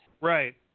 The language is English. Right